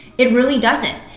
it really doesn't.